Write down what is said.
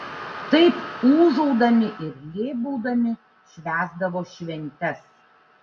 taip ūžaudami ir lėbaudami švęsdavo šventes